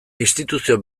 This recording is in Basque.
instituzio